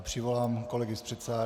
Přivolám kolegy z předsálí.